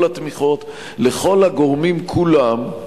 כלומר, סך כל התמיכות לכל הגורמים כולם,